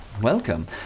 Welcome